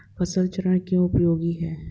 फसल चरण क्यों उपयोगी है?